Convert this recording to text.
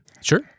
Sure